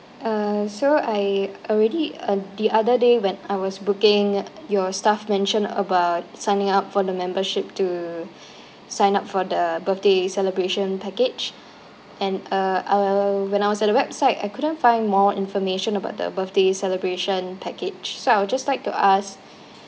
uh so I already uh the other day when I was booking your staff mentioned about signing up for the membership to sign up for the birthday celebration package and uh I'll I'll when I was at the website I couldn't find more information about the birthday celebration package so I would just like to ask